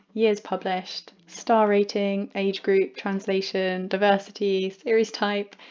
years published, star rating, age group, translation, diversity, series type,